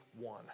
one